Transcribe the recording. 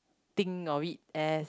think of it as